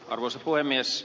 arvoisa puhemies